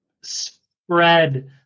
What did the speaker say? spread